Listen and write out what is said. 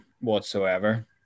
whatsoever